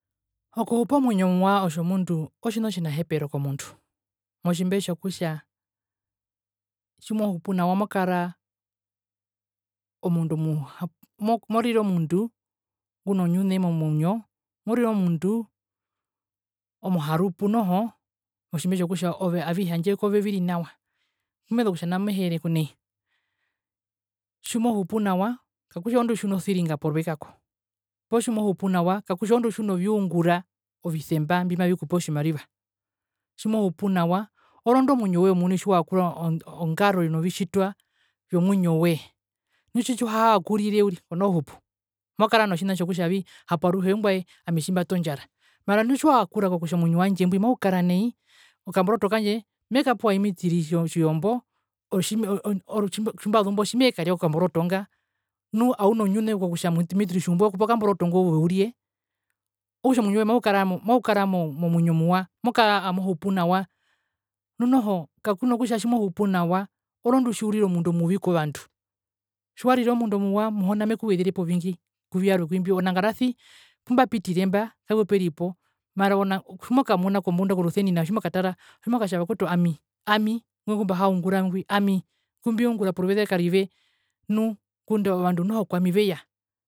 Okuhupa omuinjo omuwa otjomundu otjina otjinahepero komundu, motjimbe tjokutja, tjimohupu nawa mokara omundu omuwa, morire omundu nguna onjune momuinjo, morire omundu omuharupu noho motjimbe tjokutja avihe kove viri nawa. pumezu okutja nao meheere ku nai, tjimohupu nawa kakutja oondi tjiuna osiringa porwe kako poo tjimohupu nawa kakutja oondi tjiuna oviungura ovisemba mbimavikupe ovimariva, tjimohupu nawa orondu omuinjo woye omuni tjiwayakura ongaro novitjitwa vyomuinjo woye. Nu tjiuhaakurire uriri konoo hupu, mokara notjina tjokutjavi hapo aruhe ongwae ami tjimbatondjara, mara indu tjiwayakura kutja omuinjo wandje mbwi maukara nai, okamboroto kandje mekapewa i mitiri tjijombo, tjimbazu mbo otjimeekarya okamboroto nga, nu auna onjune kokutja mitiri tjijomb wekupe okamboroto nga kutja ove urye, okutja omuinjo woye maukara momuinjo omuwa, mokara amohupu nawa, nu noho kakuna okutja tjimohupu nawa oondu tjiurira omundu omuvi kovandu, tjiwarire omundu omuwa muhona mekuwezirepo ovingi kuvyarwe ku imbyo onangarasi pumbapitiremba kapuperipo mara tjimokamuna kombunda korusenina tjimokatara otjimokatja vakuetu ami, ami ngwi ngumbihaungura ngwi, ami ngumbiungura poruveze karive nu ngunda ovandu noho kwami veya